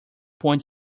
point